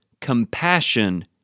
compassion